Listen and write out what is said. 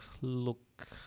look